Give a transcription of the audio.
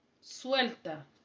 suelta